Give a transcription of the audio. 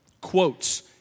quotes